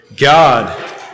God